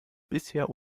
bisher